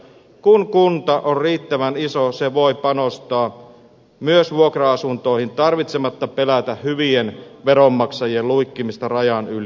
kun kunta on riittävän iso se voi panostaa myös vuokra asuntoihin tarvitsematta pelätä hyvien veronmaksajien luikkimisesta rajan yli